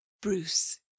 Bruce